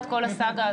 עם בעלי העסקים.